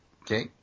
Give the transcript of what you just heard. Okay